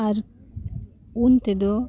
ᱟᱨ ᱩᱱ ᱛᱮᱫᱚ